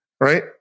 right